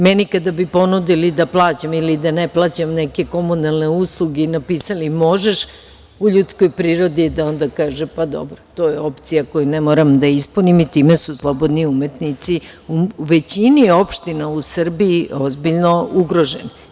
Meni kada bi ponudili da plaćam ili da ne plaćam neke komunalne usluge i napisali – možeš, u ljudskoj prirodi je da onda kaže – pa dobro, to je opcija koju ne moram da ispunim i time su slobodni umetnici u većini opština u Srbiji ozbiljno ugroženi.